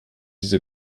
diese